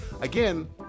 Again